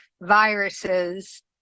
viruses